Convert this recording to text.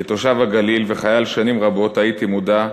כתושב הגליל וחייל שנים רבות הייתי מודע,